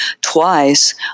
twice